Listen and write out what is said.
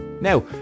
Now